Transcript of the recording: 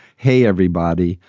hey, everybody,